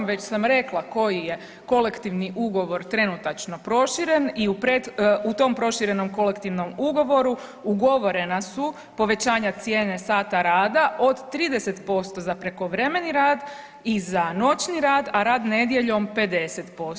Već sam rekla koji je kolektivni ugovor trenutačno proširen i u tom proširenom kolektivnom ugovoru ugovorena su povećanja cijene sata rada od 30% za prekovremeni rad i za noćni rad, a rad nedjeljom 50%